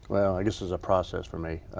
well this is a process for me.